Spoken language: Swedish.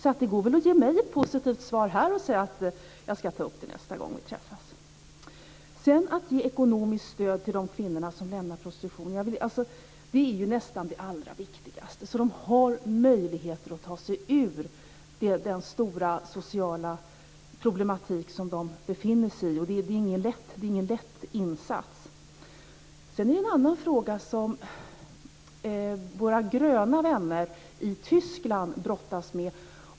Så det går väl att ge mig ett positivt svar här, och säga: Jag ska ta upp det nästa gång vi träffas. Att ge ekonomiskt stöd till de kvinnor som lämnar prostitution är ju nästan det allra viktigaste, så att de har möjligheter att ta sig ur den stora sociala problematik som de befinner sig i. Det är ingen lätt insats. Sedan finns det en annan fråga, som våra gröna vänner i Tyskland brottas med.